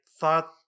thought